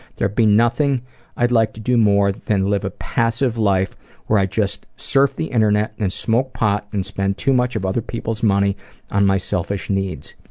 there'd be nothing i'd like to do more than live a passive life where i just surf the internet and smoke pot and spend too much of other people's money on my selfish needs.